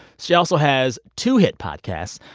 she also has two hit podcasts,